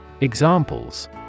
Examples